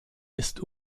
ist